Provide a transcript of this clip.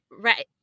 Right